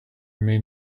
may